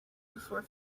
before